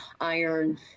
iron